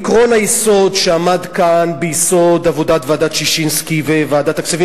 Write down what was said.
עקרון היסוד שעמד כאן ביסוד עבודת ועדת-ששינסקי וועדת הכספים